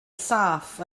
saff